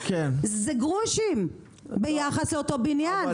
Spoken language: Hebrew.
זה גרושים ביחס לאותו בניין.